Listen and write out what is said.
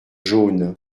jaunes